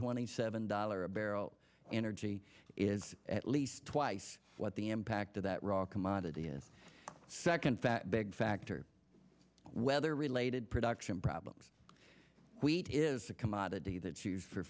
twenty seven dollars a barrel energy is at least twice what the impact of that raw commodity is second fat big factor weather related production problems wheat is a commodity that used for